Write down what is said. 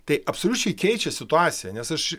tai absoliučiai keičia situaciją nes aš